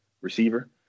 receiver